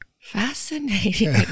fascinating